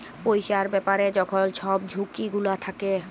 পইসার ব্যাপারে যখল ছব ঝুঁকি গুলা থ্যাকে